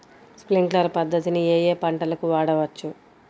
Sprinkler పద్ధతిని ఏ ఏ పంటలకు వాడవచ్చు?